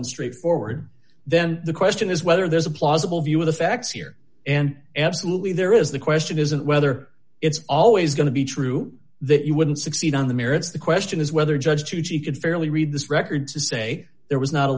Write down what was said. and straightforward then the question is whether there's a plausible view of the facts here and absolutely there is the question isn't whether it's always going to be true that you wouldn't succeed on the merits the question is whether judge tucci could fairly read this record to say there was not a